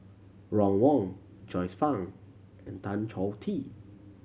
Ron Wong Joyce Fan and Tan Choh Tee